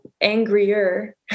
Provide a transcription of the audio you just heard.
angrier